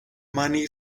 money